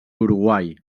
uruguai